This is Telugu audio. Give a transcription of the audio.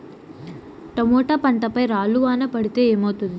టమోటా పంట పై రాళ్లు వాన పడితే ఏమవుతుంది?